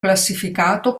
classificato